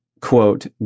quote